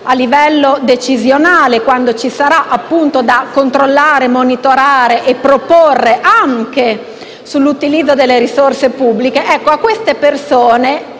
a livello decisionale quando ci sarà da controllare, monitorare e proporre anche sull'utilizzo delle risorse pubbliche, si è data la